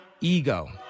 Ego